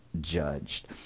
judged